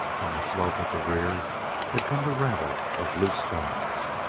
from the slope at the rear had come the rattle of loose stones!